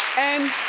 and,